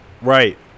right